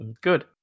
good